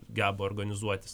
geba organizuotis